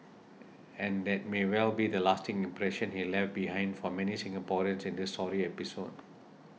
and that may well be the lasting impression he left behind for many Singaporeans in this sorry episode